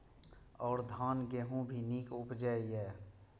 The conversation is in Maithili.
और धान गेहूँ भी निक उपजे ईय?